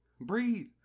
breathe